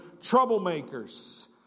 troublemakers